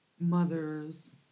mother's